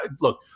look